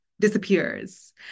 disappears